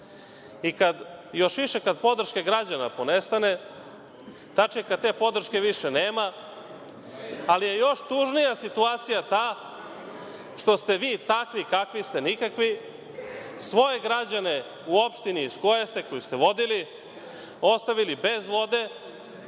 i još više kada podrška građana ponestane, tačnije kada te podrške više nema. Još je tužnija ta situacija što ste vi takvi kakvi ste, nikakvi, svoje građane u opštini iz koje ste, koju ste vodili ostavili bez vode,